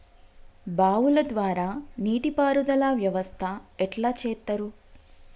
బావుల ద్వారా నీటి పారుదల వ్యవస్థ ఎట్లా చేత్తరు?